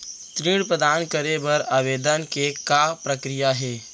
ऋण प्राप्त करे बर आवेदन के का प्रक्रिया हे?